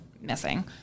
missing